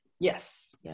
Yes